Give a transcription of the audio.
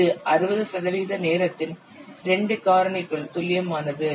இது 60 சதவிகித நேரத்தின் 2 காரணிக்குள் துல்லியமானது